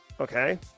Okay